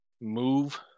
move